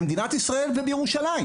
בכלל מדינת ישראל ובירושלים.